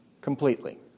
completely